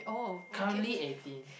currently eighteen